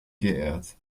geehrt